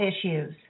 issues